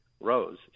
Rose